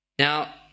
Now